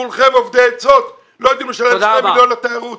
כולכם אובדי עצות ולא יודעים לשלם כסף לתיירות.